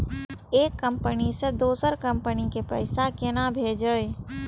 एक कंपनी से दोसर कंपनी के पैसा केना भेजये?